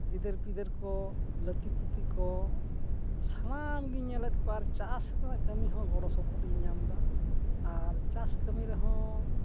ᱜᱤᱫᱟᱹᱨᱼᱯᱤᱫᱟᱹᱨ ᱠᱚ ᱞᱟᱹᱛᱤᱼᱯᱩᱛᱤ ᱠᱚ ᱥᱟᱱᱟᱢ ᱜᱤᱧ ᱧᱮᱞᱮᱫ ᱠᱚᱣᱟ ᱟᱨ ᱪᱟᱥ ᱨᱮᱱᱟᱜ ᱠᱟᱹᱢᱤ ᱦᱚᱸ ᱜᱚᱲᱚ ᱥᱚᱯᱚᱦᱚᱫ ᱤᱧ ᱧᱟᱢ ᱮᱫᱟ ᱟᱨ ᱪᱟᱥ ᱠᱟᱹᱢᱤ ᱨᱮᱦᱚᱸ